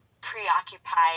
preoccupied